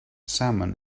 salmon